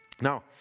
Now